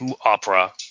opera